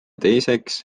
teiseks